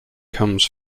comes